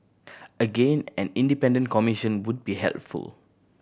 again an independent commission would be helpful